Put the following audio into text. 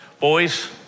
Boys